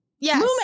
yes